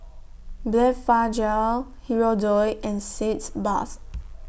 Blephagel Hirudoid and Sitz Bath